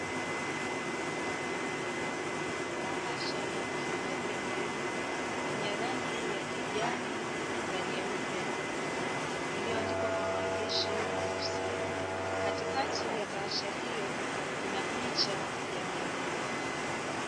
Bahasha ya kuhifadhia mbegu yenye rangi ya kijani na nyeupe iliyoandikwa kwa maandishi meusi, katikati ya bahasha hiyo kuna picha ya mimea.